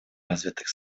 развитых